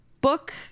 Book